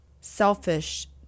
selfish